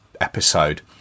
episode